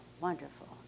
wonderful